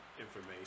information